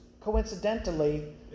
coincidentally